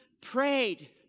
prayed